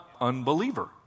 unbeliever